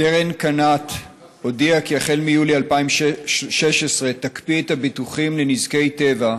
קנ"ט הודיעה כי החל מיולי 2016 תקפיא את הביטוחים לנזקי טבע,